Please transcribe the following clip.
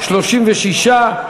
36,